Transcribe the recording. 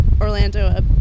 Orlando